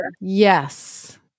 Yes